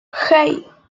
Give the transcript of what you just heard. hey